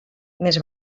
més